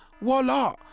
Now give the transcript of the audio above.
Voila